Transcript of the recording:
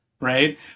right